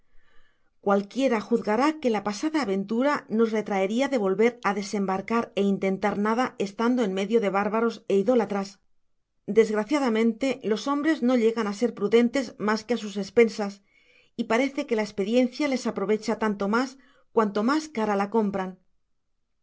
cualquiera juzgara que la pasada aventuranos retraeria de volver á desembarcar ó intentar nada estando en medio de bárbaros ó idólatras desgraciadamente los hombres no llegan á ser prudentes mas que á sus espensas y parece que la esperiencia les aprovecha tanto mas cuanto mas cara la compran